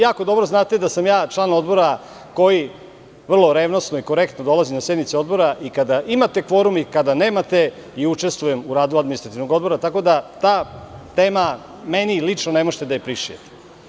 Jako dobro znate da sam ja član Odbora koji vrlo revnosno i korektno dolazi na sednice Odbora i kada imate kvorum i kada nemate i učestvujem u radu Administrativnog odbora, tako da tu temu meni lično ne možete da prišijete.